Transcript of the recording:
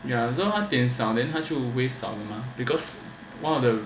ya so 他点少他就 waste 少 mah because one of the